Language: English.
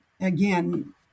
again